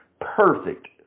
Perfect